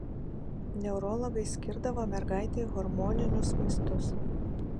neurologai skirdavo mergaitei hormoninius vaistus